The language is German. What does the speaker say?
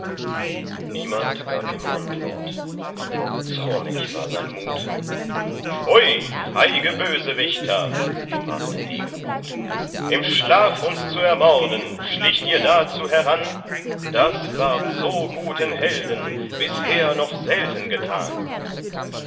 niemand gab ihm antwort zornig war sein mut pfui feige bösewichter sprach der degen gut im schlaf uns zu ermorden schlicht ihr dazu heran das ward so guten helden bisher noch selten getan